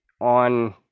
on